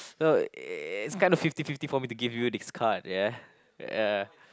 know it's kind of fifty fifty for me to give you this card yeah yeah